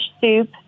soup